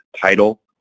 title